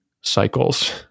cycles